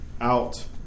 out